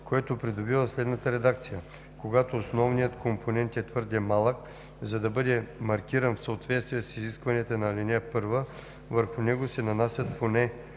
което придобива следната редакция: „Когато основният компонент е твърде малък, за да бъде маркиран в съответствие с изискванията на ал. 1, върху него се нанасят поне